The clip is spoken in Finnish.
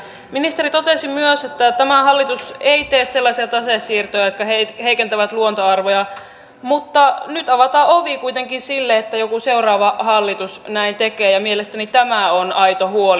ministeri totesi myös että tämä hallitus ei tee sellaisia tasesiirtoja jotka heikentävät luontoarvoja mutta nyt avataan ovi kuitenkin sille että joku seuraava hallitus näin tekee ja mielestäni tämä on aito huoli